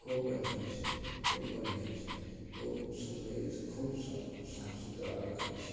खूब बढ़िआँ छै खूब बढ़िआँ छै खूब सफैअत खूब साफ साफ सुथरा रखै छी